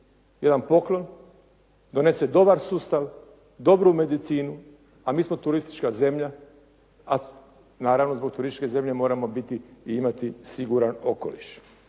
jedan poklon, donese dobar sustav, dobru medicinu, a mi smo turistička zemlja, a naravno zbog turističke zemlje moramo biti i imati siguran okoliš.